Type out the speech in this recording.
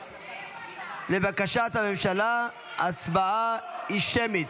לבקשת הממשלה ההצבעה היא שמית.